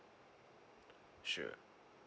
sure